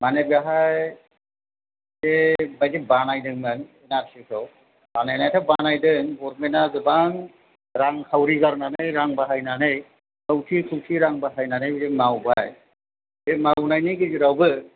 माने बेहाय बे बाइदि बानायदोंमोन एनआरसिखौ बानायनायाथ' बानायदों गभर्नमेन्टआ गोबां रां खाउरि गारनानै रां बाहायनानै खौथि खौथि रां बाहायनानै जों मावबाय बे मावनायनि गेजेरावबो